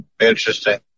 Interesting